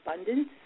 abundance